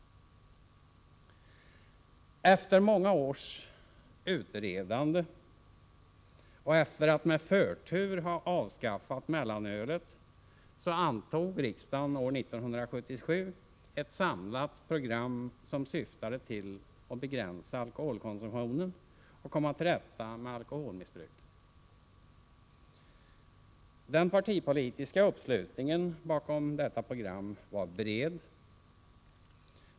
Efter många års utredande och efter att med förtur ha avskaffat mellanölet antog riksdagen år 1977 ett samlat program som syftade till att begränsa alkoholkonsumtionen och komma till rätta med alkoholmissbruket. Den partipolitiska uppslutningen bakom detta program var bred.